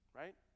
right